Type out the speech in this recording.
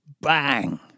Bang